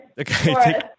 Okay